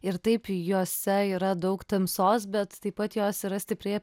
ir taip jose yra daug tamsos bet taip pat jos yra stipriai